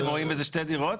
אתם רואים בזה שתי דירות?